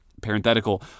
Parenthetical